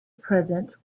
present